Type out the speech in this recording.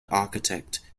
architect